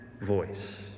voice